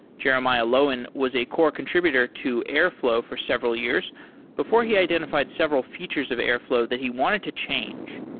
jeremiah lowin was a core contributor to airflow for several years before he identified several features of airflow that he wanted to change.